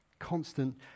Constant